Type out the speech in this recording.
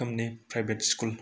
रोखोमनि private school